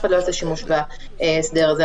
אף אחד לא יעשה שימוש בהסדר הזה.